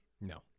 No